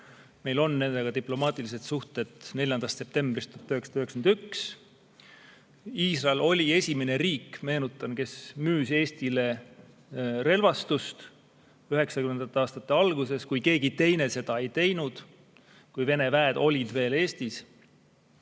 Meil on [Iisraeliga] diplomaatilised suhted 4. septembrist 1991. Iisrael oli esimene riik, meenutan, kes müüs Eestile relvastust 1990. aastate alguses, kui keegi teine seda ei teinud, kui Vene väed olid veel Eestis.